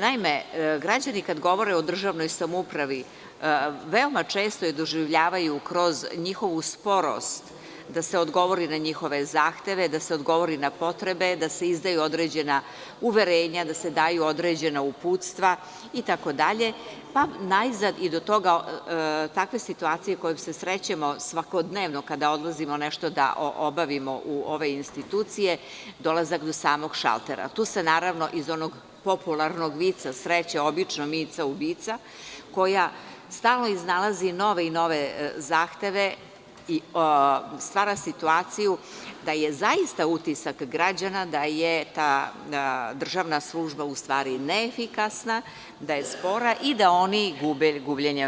Naime, građani kada govore o državnoj samoupravi, veoma često je doživljavaju kroz njenu sporost da se odgovori na njihove zahteve, da se odgovori na potrebe, da se izdaju određena uverenja, da se daju određena uputstva itd, pa i do takve situacije u kojoj se srećemo svakodnevno kada odlazimo nešto da obavimo u ove institucije, dolazak do samog šaltera, tu se, naravno, iz onog popularnog vica sreće obično Mica ubica koja stalno iznalazi nove i nove zahteve i stvara situaciju da je zaista utisak građana da je ta državna služba u stvari neefikasna, da je spora i da oni gube